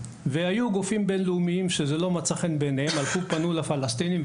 והיו גופים בינלאומיים שזה לא מצא חן בעיניהם והם פנו על זה לפלסטינים.